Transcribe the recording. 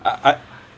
I